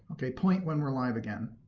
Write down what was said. ok, point when we're live again.